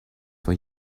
for